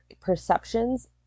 perceptions